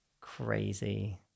crazy